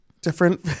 Different